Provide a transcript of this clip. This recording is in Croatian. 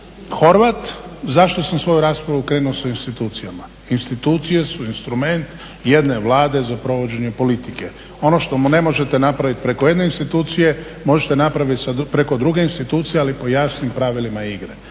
Horvat, zašto sam svoju raspravu krenuo sa institucijama? Institucije su instrument jedne Vlade za provođenjem politike. Ono što ne možete napraviti preko jedne institucije možete napraviti preko druge institucije ali po jasnim pravilima igre,